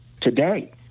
today—